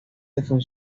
funcional